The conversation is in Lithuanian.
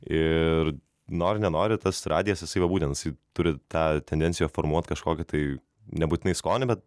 ir nori nenori tas radijas jisai va būtent jisai turi tą tendenciją formuoti kažkokį tai nebūtinai skonį bet